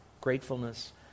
gratefulness